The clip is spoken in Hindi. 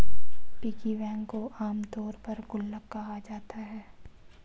पिगी बैंक को आमतौर पर गुल्लक कहा जाता है